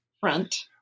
front